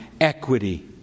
equity